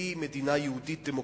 היא מדינה יהודית דמוקרטית.